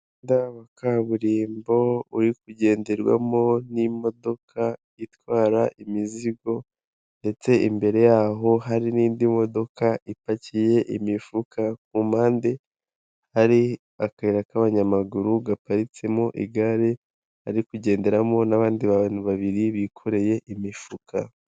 Umuhahanda wa kaburimbo uri kugenderwamo n'imodoka itwara imizigo ndetse imbere y'aho hari n'indi modoka ipakiye imifuka ku mpande hari akayira k'abanyamaguru gaparitsemo igare ari kugenderamo n'abandi bantu babiri bikoreye imifuka.